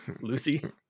lucy